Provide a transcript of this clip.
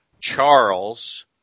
Charles